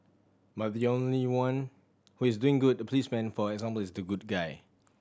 but the only one who is doing good the policeman for example is the good guy